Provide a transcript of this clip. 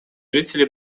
жители